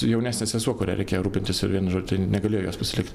jaunesnė sesuo kuria reikėjo rūpintis ir vienu žodžiu tai negalėjo jos pasilikt